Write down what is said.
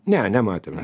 ne nematėm